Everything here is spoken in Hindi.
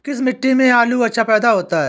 किस मिट्टी में आलू अच्छा पैदा होता है?